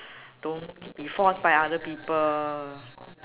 don't be forced by other people